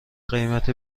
قیمت